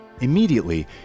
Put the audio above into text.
Immediately